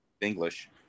English